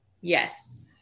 Yes